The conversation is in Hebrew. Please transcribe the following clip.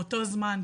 באותו זמן,